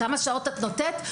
כמה שעות את נותנת?